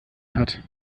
hat